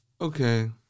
okay